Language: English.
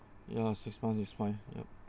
ya six months is fine yup